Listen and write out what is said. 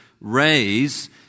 raise